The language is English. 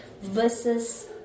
Versus